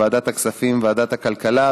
בוועדת הכספים ובוועדת הכלכלה,